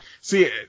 See